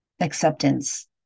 acceptance